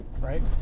Right